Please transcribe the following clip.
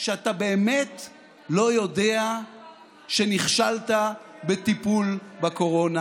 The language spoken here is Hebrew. שאתה באמת לא יודע שנכשלת בטיפול בקורונה,